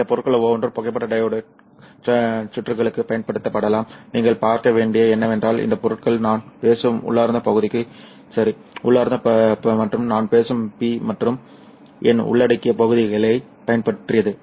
இந்த பொருட்கள் ஒவ்வொன்றும் புகைப்பட டையோடு சுற்றுகளுக்குப் பயன்படுத்தப்படலாம் நீங்கள் பார்க்க வேண்டியது என்னவென்றால் இந்த பொருட்கள் நான் பேசும் உள்ளார்ந்த பகுதிக்கு சரி உள்ளார்ந்த மற்றும் நான் பேசும் P மற்றும் என் உள்ளடக்கிய பகுதிகளைப் பற்றியது